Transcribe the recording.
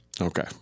Okay